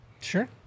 Sure